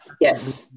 yes